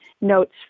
notes